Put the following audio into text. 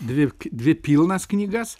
dvi dvi pilnas knygas